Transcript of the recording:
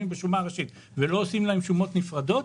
בשומה ראשית ולא עושים להם שומות נפרדות,